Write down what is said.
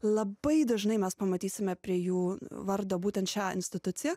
labai dažnai mes pamatysime prie jų vardo būtent šią instituciją